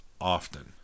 often